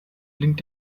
blinkt